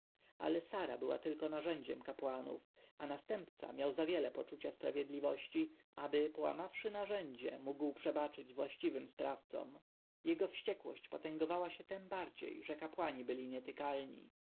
ale sara była tylko narzędziem kapłanów a następca miał za wiele poczucia sprawiedliwości aby połamawszy narzędzie mógł przebaczyć właściwym sprawcom jego wściekłość potęgowała się tem bardziej że kapłani byli nietykalni